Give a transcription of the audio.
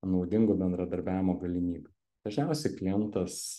naudingo bendradarbiavimo galimybių dažniausiai klientas